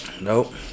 Nope